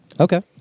Okay